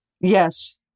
Yes